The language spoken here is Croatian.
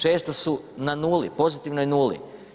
Često su na nuli, pozitivnoj nuli.